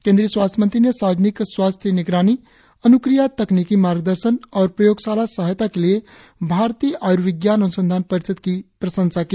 केंद्रीय स्वास्थ्य मंत्री ने सार्वजनिक स्वास्थ्य निगरानी अन्क्रिया तकनीकी मार्गदर्शन और प्रयोगशाला सहायता के लिए भारतीय आय्र्विज्ञान अन्संधान परिषद की प्रशंसा की